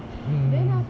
mm